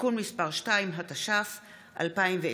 (תיקון מס' 2), התש"ף 2020,